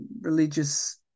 religious